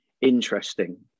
Interesting